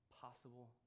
possible